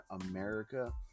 America